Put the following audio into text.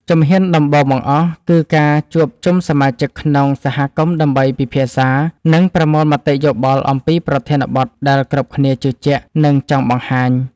ជំហានដំបូងបង្អស់ គឺការជួបជុំសមាជិកក្នុងសហគមន៍ដើម្បីពិភាក្សា និងប្រមូលមតិយោបល់អំពីប្រធានបទដែលគ្រប់គ្នាជឿជាក់ និងចង់បង្ហាញ។